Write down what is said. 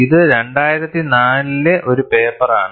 ഇത് 2004 ലെ ഒരു പേപ്പറാണ്